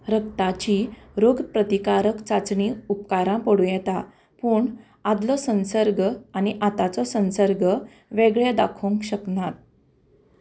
रक्ताची रोग प्रतिकारक चांचणी उपकारा पडूं येता पूण आदलो संसर्ग आनी आतांचो संसर्ग वेगळे दाखोवंक शकनात